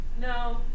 No